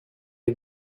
que